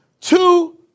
two